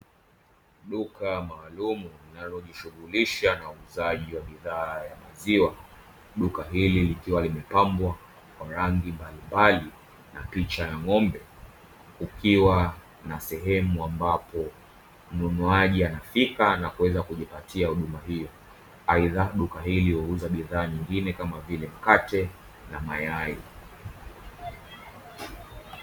Duka maalumu linalojishughulisha na uuzaji wa bidhaa ya maziwa duka hili likiwa limepambwa kwa rangi mbalimbali na picha ya ng'ombe, kukiwa na sehemu ambapo mnunuaji anafika na kuweza kujipatia huduma hiyo; aidha duka hili huuza bidhaa nyingine kama vile mkate na mayai.